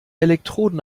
elektroden